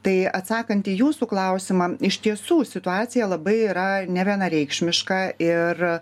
tai atsakant į jūsų klausimą iš tiesų situacija labai yra nevienareikšmiška ir